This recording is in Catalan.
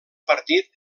partit